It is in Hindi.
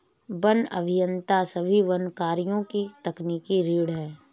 वन अभियंता सभी वन कार्यों की तकनीकी रीढ़ हैं